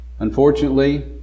Unfortunately